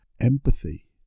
empathy